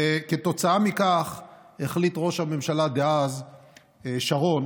וכתוצאה מכך החליט ראש הממשלה דאז שרון